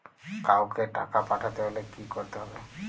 কাওকে টাকা পাঠাতে হলে কি করতে হবে?